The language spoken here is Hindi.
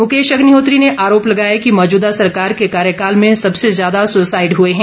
मुकेश अभ्निहोत्री ने आरोप लगाया मौजूदा सरकार के कार्यकाल में सबसे ज्यादा सुसाइड हए हैं